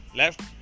left